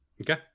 Okay